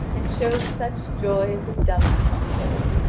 and showed such joy as a dumb beast could.